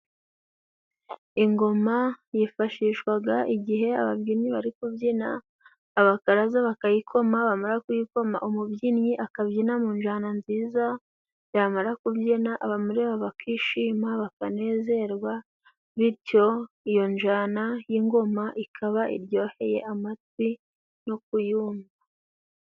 Ingoma yifashishwaga igihe ababyinnyi bari kubyina. Abakaraza bakayikoma, bamara kuyikoma umubyinnyi akabyina mu njana nziza, yamara kubyina abamureba bakishima, bakanezerwa bityo iyo njana y'ingoma ikaba iryoheye amatwi no kuyumva.